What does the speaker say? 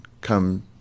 come